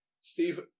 Steve